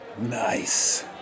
nice